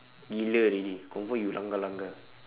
gila already confirm you langgar langgar